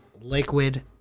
liquid